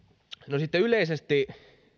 no sitten yleisesti